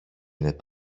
είναι